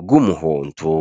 rw'umuhondo.